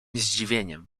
zdziwieniem